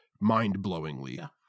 mind-blowingly